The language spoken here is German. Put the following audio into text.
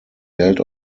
geld